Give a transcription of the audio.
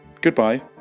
Goodbye